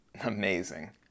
amazing